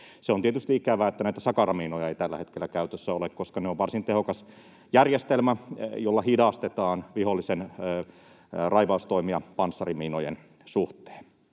Se on tietysti ikävää, että näitä sakaramiinoja ei tällä hetkellä käytössä ole, koska ne ovat varsin tehokas järjestelmä, jolla hidastetaan vihollisen raivaustoimia panssarimiinojen suhteen.